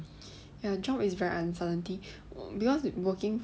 her job is very uncertainty because working